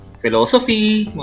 philosophy